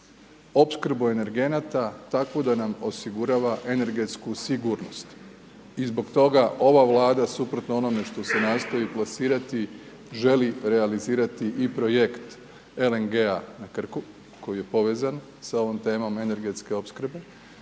opskrbu energenata takvu da nam osigurava energetsku sigurnost i zbog toga ova Vlada, suprotno onome što se nastoji plasirati, želi realizirati i projekt LNG-a na Krku koji je povezan sa ovom temom energetske opskrbe